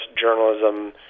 journalism